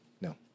No